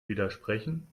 widersprechen